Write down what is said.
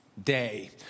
Day